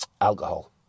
alcohol